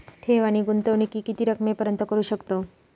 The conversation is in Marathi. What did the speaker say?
ठेव आणि गुंतवणूकी किती रकमेपर्यंत करू शकतव?